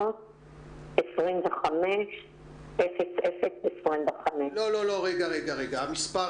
1-800-250025. אחזור על המספרים